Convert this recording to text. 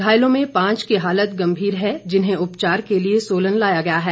घायलों में पांच की हालत गंभीर है जिन्हें उपचार के लिए सोलन लाया गया है